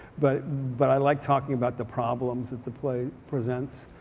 but but i like talking about the problems that the play presents.